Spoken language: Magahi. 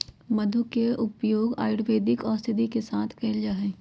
मधु के उपयोग आयुर्वेदिक औषधि के साथ कइल जाहई